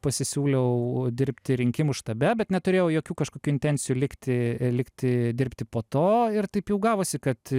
pasisiūliau dirbti rinkimų štabe bet neturėjau jokių kažkokių intencijų likti likti dirbti po to ir taip jau gavosi kad